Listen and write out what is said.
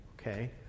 okay